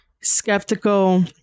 skeptical